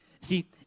See